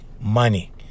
money